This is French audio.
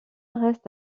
reste